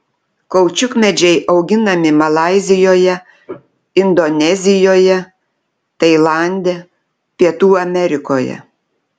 kaučiukmedžiai auginami malaizijoje indonezijoje tailande pietų amerikoje